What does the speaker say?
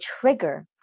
trigger